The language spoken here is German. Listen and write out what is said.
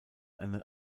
eine